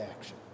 action